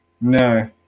No